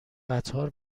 قطار